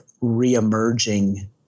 re-emerging